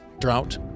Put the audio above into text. drought